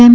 એમ